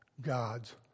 God's